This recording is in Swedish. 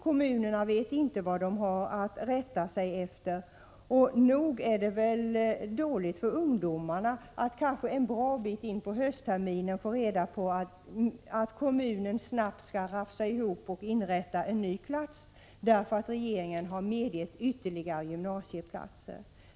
Kommunerna vet inte vad de har att rätta sig efter, och nog är det väl dåligt för ungdomarna att kanske först en bra bit in på höstterminen få reda på att kommunen snabbt skall rafsa ihop och inrätta en ny plats därför att regeringen har medgett ytterligare gymnasieplatser.